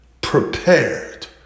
prepared